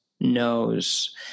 knows